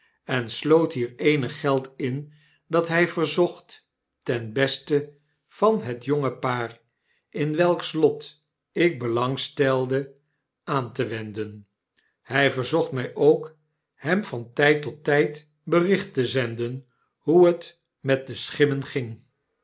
en sloot hier eenig geld in dat hy verzocht ten beste van het jonge paar in welks lot ik belang stelde aan te wenden hq verzocht mij ook hem van tyd tot tyd bericht te zenden hoe het met d e schim men ging